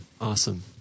Awesome